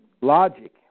Logic